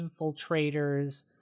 infiltrators